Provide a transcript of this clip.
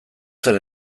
zen